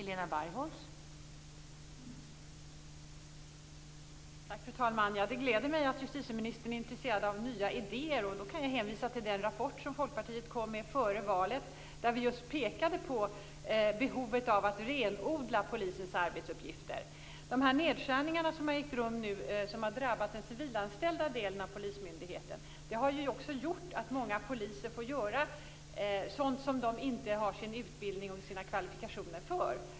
Fru talman! Det gläder mig att justitieministern är intresserad av nya idéer. Då kan jag hänvisa till den rapport som Folkpartiet kom med före valet, där vi just pekade på behovet av att renodla polisens arbetsuppgifter. De nedskärningar som nu har ägt rum och som har drabbat den civilanställda delen av polismyndigheten har ju också gjort att många poliser får göra sådant som de inte har utbildning och kvalifikationer för.